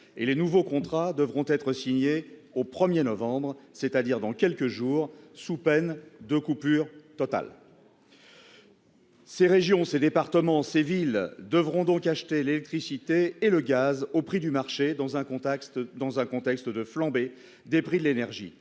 et les nouveaux contrats devront être signés au 1er novembre c'est-à-dire dans quelques jours, sous peine de coupure totale. Ces régions ces départements ces villes devront donc acheter l'électricité et le gaz au prix du marché dans un contexte, dans un contexte de flambée des prix de l'énergie,